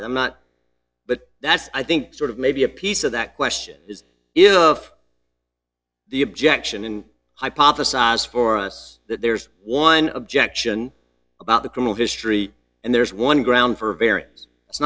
done i'm not but that's i think sort of maybe a piece of that question is of the objection and hypothesize for us that there's one objection about the criminal history and there's one ground for